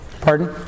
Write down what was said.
Pardon